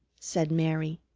said mary,